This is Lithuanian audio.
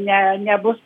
ne nebus